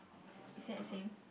is is that the same